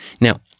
now